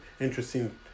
interesting